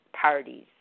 parties